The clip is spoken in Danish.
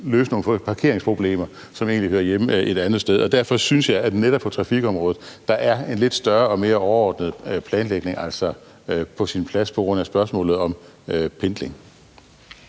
løse nogle parkeringsproblemer, som egentlig hører hjemme et andet sted. Derfor synes jeg, at netop på trafikområdet er en lidt større og mere overordnet planlægning altså på sin plads på grund af spørgsmålet om pendling.